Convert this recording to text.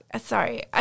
sorry